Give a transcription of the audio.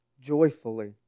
joyfully